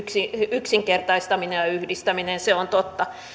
yksinkertaistaminen ja ja yhdistäminen se on totta